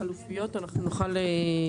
הצבעה ההסתייגות לא אושרה.